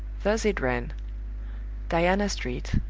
thus it ran diana street.